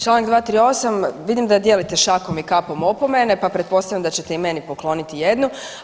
Čl. 238, vidim da dijelite šakom i kapom opomene pa pretpostavljam da ćete i meni pokloniti jednu.